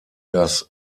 das